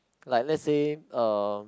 like let's say uh